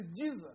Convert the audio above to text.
Jesus